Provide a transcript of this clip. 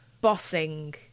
bossing